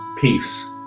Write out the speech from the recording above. peace